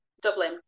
Dublin